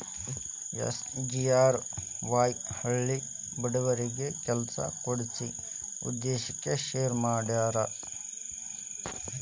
SGRY ಹಳ್ಳಿ ಬಡವರಿಗಿ ಕೆಲ್ಸ ಕೊಡ್ಸ ಉದ್ದೇಶಕ್ಕ ಶುರು ಮಾಡ್ಯಾರ